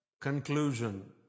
conclusion